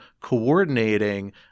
coordinating